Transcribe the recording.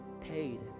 paid